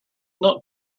not